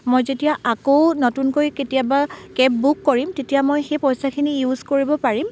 মই যেতিয়া আকৌ নতুনকৈ কেতিয়াবা কেব বুক কৰিম তেতিয়া মই সেই পইচাখিনি ইউজ কৰিব পাৰিম